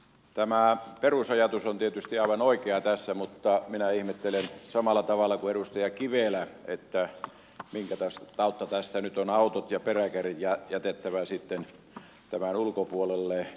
tämä perusajatus on tietysti aivan oikea tässä mutta minä ihmettelen samalla tavalla kuin edustaja kivelä minkä tautta tästä nyt on autot ja peräkärryt jätettävä sitten tämän ulkopuolelle